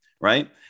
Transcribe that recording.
right